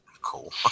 Cool